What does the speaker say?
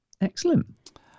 Excellent